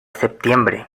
septiembre